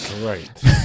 Right